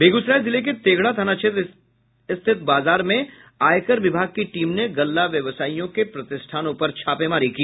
बेगूसराय जिले के तेघड़ा थाना क्षेत्र स्थित बाजार में आयकर विभाग की टीम ने गल्ला व्यवसायियों के प्रतिष्ठानों पर छापेमारी की